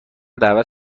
دعوت